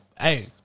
Hey